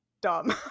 dumb